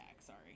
sorry